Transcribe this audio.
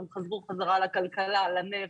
הם חזרו בחזרה לכלכלה, לנפט,